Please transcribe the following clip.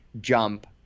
jump